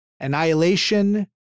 Annihilation